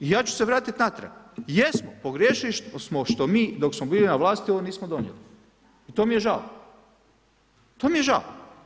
Ja ću se vratit natrag, jesmo pogriješili smo što mi dok smo bili na vlasti ovo nismo donijeli i to mi je žao, to mi je žao.